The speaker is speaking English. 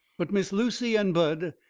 but miss lucy and bud,